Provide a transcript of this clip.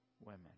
women